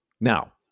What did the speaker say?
Now